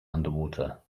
underwater